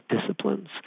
disciplines